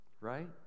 right